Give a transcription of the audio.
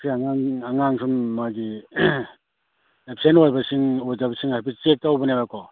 ꯁꯤ ꯑꯉꯥꯡ ꯁꯨꯝ ꯃꯥꯒꯤ ꯑꯦꯕꯁꯦꯟ ꯑꯣꯏꯕꯁꯤꯡ ꯑꯣꯏꯗꯕꯁꯤꯡ ꯍꯥꯏꯐꯦꯠ ꯆꯦꯛ ꯇꯧꯕꯅꯦꯕꯀꯣ